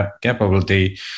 capability